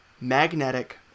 magnetic